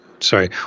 Sorry